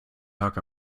abend